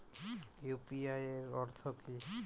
UPI এর অর্থ কি?